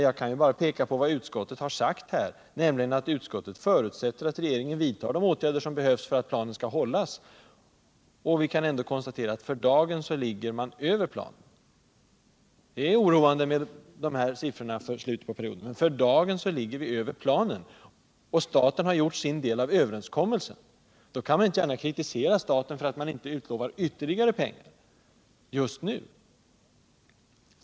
Jag kan bara peka på vad utskottet har sagt, nämligen att vi förutsätter att regeringen vidtar de åtgärder som behövs för att planen skall hållas. Vi kan ändå konstatera att, även om det är oroande med de här siffrorna för slutet av perioden, så ligger vi ändå för dagen över planen, och staten har fullgjort sin del av överenskommelsen. Då kan man inte gärna kritisera staten för att den inte utlovar ytterligare pengar just nu.